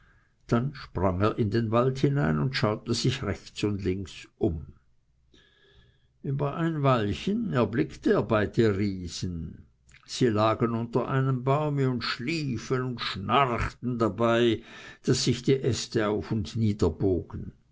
dann sprang er in den wald hinein und schaute sich rechts und links um über ein weilchen erblickte er beide riesen sie lagen unter einem baume und schliefen und schnarchten dabei daß sich die äste auf und niederbogen